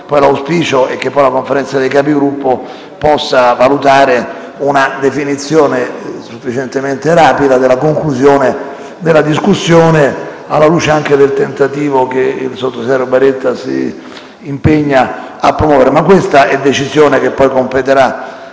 noi. L'auspicio è che la Conferenza dei Capigruppo possa valutare una definizione sufficientemente rapida della conclusione della discussione, anche alla luce del tentativo che il sottosegretario Baretta si impegna a promuovere. Questa decisione però competerà